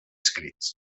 escrits